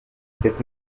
cette